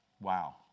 Wow